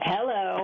Hello